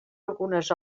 algunes